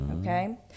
Okay